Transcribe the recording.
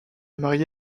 marié